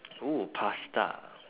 oo pasta